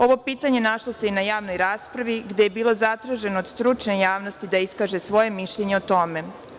Ovo pitanje našlo se i na javnoj raspravi, gde je bilo zatraženo od stručne javnosti da iskaže svoje mišljenje o tome.